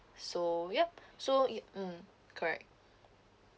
so yup so it mm correct